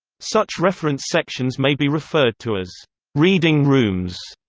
such reference sections may be referred to as reading rooms,